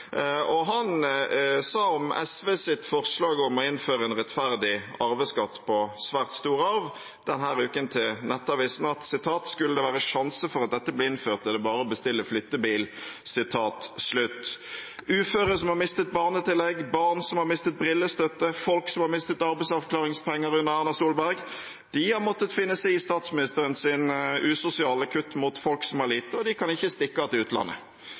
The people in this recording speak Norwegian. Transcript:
Han sa denne uken til Nettavisen om SVs forslag om å innføre en rettferdig arveskatt på svært stor arv: «Skulle det være sjanse for at dette blir innført, er det bare å bestille flyttebil.» Uføre som har mistet barnetillegg, barn som har mistet brillestøtte, folk som har mistet arbeidsavklaringspenger under Erna Solberg, har måttet finne seg i statsministerens usosiale kutt mot folk som har lite, og de kan ikke stikke av til utlandet.